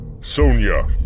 Sonia